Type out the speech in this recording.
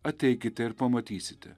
ateikite ir pamatysite